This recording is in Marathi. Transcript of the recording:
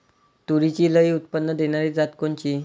तूरीची लई उत्पन्न देणारी जात कोनची?